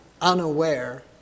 unaware